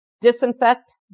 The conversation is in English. disinfect